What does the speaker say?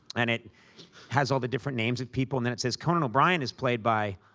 and it has all the different names of people, then it says, conan o'brien is played by.